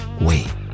Wait